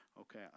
Okay